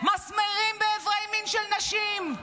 --- מסמרים באיברי מין של נשים,